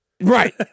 Right